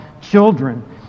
children